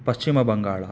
Paschim Bangala